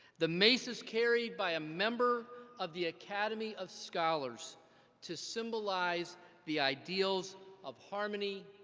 the mace is carried by a member of the academy of scholars to symbolize the ideals of harmony,